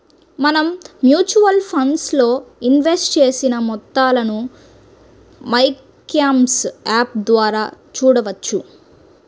మనం mutual funds లో invest చేసిన మొత్తాలను మైక్యామ్స్ యాప్ ద్వారా చూడవచ్చు